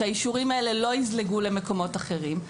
ושהאישורים האלה לא יזלגו למקומות אחרים,